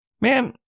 Man